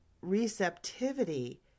receptivity